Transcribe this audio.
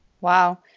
wow